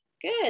Good